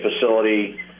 facility